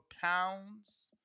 pounds